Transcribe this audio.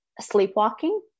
sleepwalking